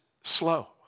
slow